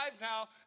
now